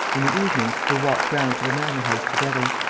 in the evening, they walked round to the manor-house together.